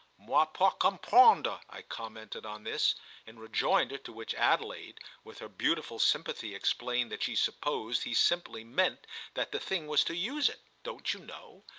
moi pas comprendre! i commented on this in rejoinder to which adelaide, with her beautiful sympathy, explained that she supposed he simply meant that the thing was to use it, don't you know?